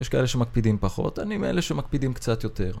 יש כאלה שמקפידים פחות, אני מאלה שמקפידים קצת יותר